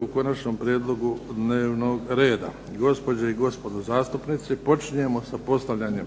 Luka (HDZ)** Gospođe i gospodo zastupnici, počinjemo sa postavljanjem